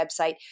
website